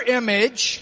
image